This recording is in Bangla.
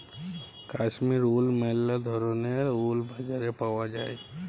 কাশ্মীর উল ম্যালা ধরলের উল বাজারে পাউয়া যায়